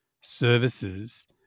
services